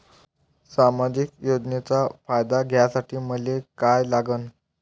सामाजिक योजनेचा फायदा घ्यासाठी मले काय लागन?